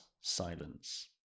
silence